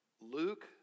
Luke